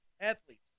athletes